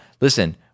listen